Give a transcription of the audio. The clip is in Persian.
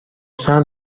چند